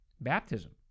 Baptism